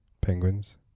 Penguins